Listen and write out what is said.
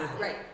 Right